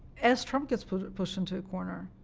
as trump gets pushed into a corner,